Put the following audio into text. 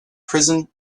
prison